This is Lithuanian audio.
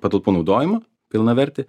patalpų naudojimą pilnavertį